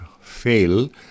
fail